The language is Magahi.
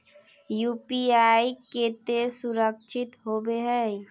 यु.पी.आई केते सुरक्षित होबे है?